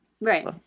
Right